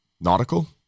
Nautical